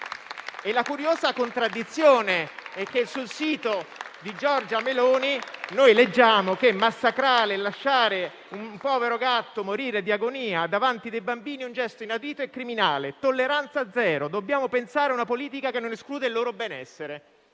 La curiosa contraddizione è che sul sito di Giorgia Meloni leggiamo che massacrare e lasciare un povero gatto morire di agonia davanti a dei bambini è un gesto inaudito e criminale, verso il quale deve esserci tolleranza zero, che si deve pensare ad una politica che non esclude il loro benessere.